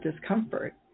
discomfort